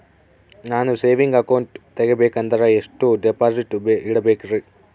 ನಾನು saving account ತೆಗಿಬೇಕಂದರ ಎಷ್ಟು ಡಿಪಾಸಿಟ್ ಇಡಬೇಕ್ರಿ?